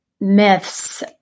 myths